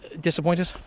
Disappointed